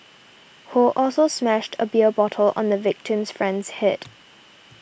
Ho also smashed a beer bottle on the victim's friend's head